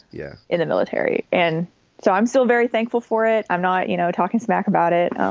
yeah. in the military. and so i'm still very thankful for it i'm not you know talking smack about it,